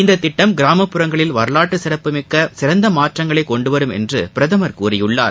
இந்தத் திட்டம் கிராமப்புறங்களில் வரலாற்று சிறப்புமிக்க சிறந்த மாற்றங்களை கொண்டு வரும் என்று பிரதமர் கூறியுள்ளார்